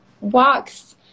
walks